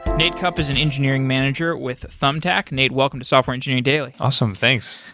nate kupp is an engineering manager with thumbtack. nate, welcome to software engineering daily awesome. thanks.